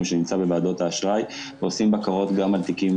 שנמצא בוועדות האשראי ועושים בקרות גם על תיקים